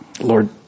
Lord